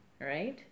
right